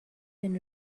than